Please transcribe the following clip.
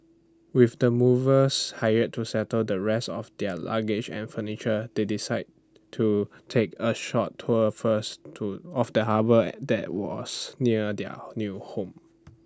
with the movers hired to settle the rest of their luggage and furniture they decided to take A short tour first to of the harbour that was near their new home